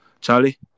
Charlie